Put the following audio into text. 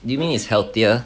you mean is healthier